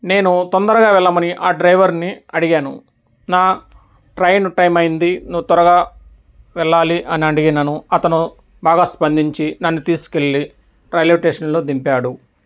నేను తొందరగా వెళ్ళమని ఆ డ్రైవర్ని అడిగాను నా ట్రైన్ టైం అయింది నువ్వు త్వరగా వెళ్ళాలి అని అడిగాను అతను బాగా స్పందించి నన్ను తీసుకెళ్ళి రైల్వేస్టేషన్లో దింపాడు